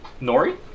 Nori